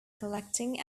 collecting